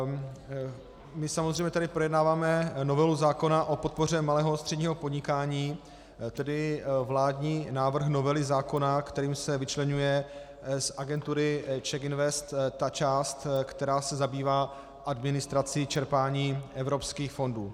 My tu samozřejmě projednáváme novelu zákona o podpoře malého a středního podnikání, tedy vládní návrh novely zákona, kterým se vyčleňuje z agentury CzechInvest ta část, která se zabývá administrací čerpání evropských fondů.